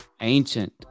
ancient